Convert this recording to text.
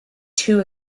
too